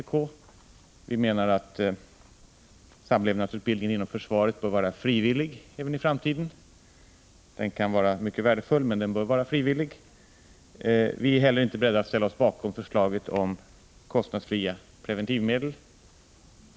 Exempelvis menar vi att samlevnadsutbildningen inom försvaret bör vara frivillig även i framtiden — den kan vara mycket värdefull, men den bör vara frivillig. Vi är inte heller beredda att ställa oss bakom förslaget om kostnadsfria preventivmedel.